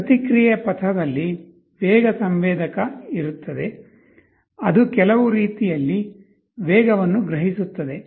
ಪ್ರತಿಕ್ರಿಯೆ ಪಥದಲ್ಲಿ ವೇಗ ಸಂವೇದಕ ಇರುತ್ತದೆ ಅದು ಕೆಲವು ರೀತಿಯಲ್ಲಿ ವೇಗವನ್ನು ಗ್ರಹಿಸುತ್ತದೆ